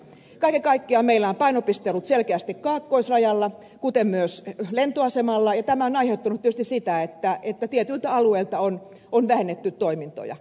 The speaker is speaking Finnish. kaiken kaikkiaan meillä on painopiste ollut selkeästi kaakkoisrajalla kuten myös lentoasemalla ja tämä on aiheuttanut tietysti sitä että tietyiltä alueilta on vähennetty toimintoja